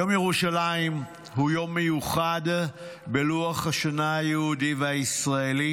יום ירושלים הוא יום מיוחד בלוח השנה היהודי והישראלי,